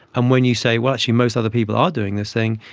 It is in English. and when you say, well, actually most other people are doing this thing,